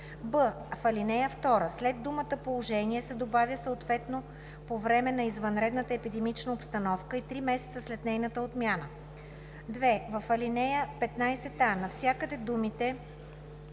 б) в ал. 2 след думата „положение“ се добавя „съответно по време на извънредната епидемична обстановка и три месеца след нейната отмяна“. 2. В чл. 15а навсякъде думите